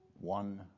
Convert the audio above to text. One